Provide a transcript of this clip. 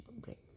break